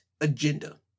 agenda